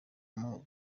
muri